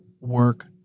work